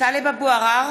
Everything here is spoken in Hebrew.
טלב אבו עראר,